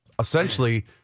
Essentially